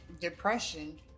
depression